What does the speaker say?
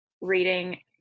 reading